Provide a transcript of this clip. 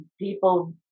people